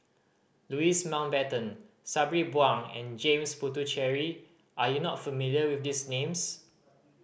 Louis Mountbatten Sabri Buang and James Puthucheary are you not familiar with these names